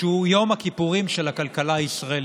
שהוא יום הכיפורים של הכלכלה הישראלית.